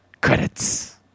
Credits